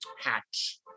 hatch